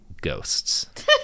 ghosts